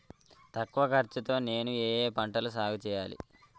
తక్కువ ఖర్చు తో నేను ఏ ఏ పంటలు సాగుచేయాలి?